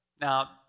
Now